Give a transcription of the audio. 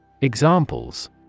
Examples